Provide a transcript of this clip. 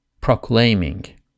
proclaiming